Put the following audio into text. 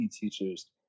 teachers